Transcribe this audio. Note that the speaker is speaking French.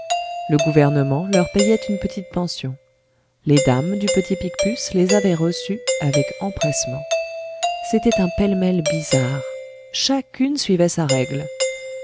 le gouvernement leur payait une petite pension les dames du petit picpus les avaient reçues avec empressement c'était un pêle-mêle bizarre chacune suivait sa règle